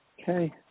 Okay